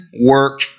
work